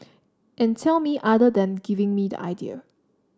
and tell me other than giving me the idea